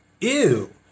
ew